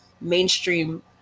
mainstream